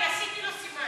אני עשיתי לו סימן.